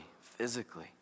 physically